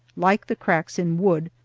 like the cracks in wood,